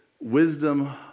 wisdom